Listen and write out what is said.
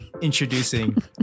introducing